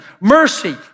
mercy